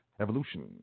evolution